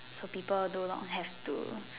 so people do not have to